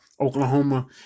Oklahoma